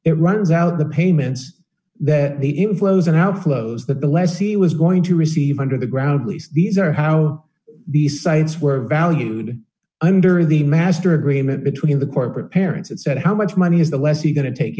it runs out the payments that the inflows and outflows that the less he was going to receive under the ground lease these are how these sites were valued under the master agreement between the corporate parents that said how much money is the lessee going to take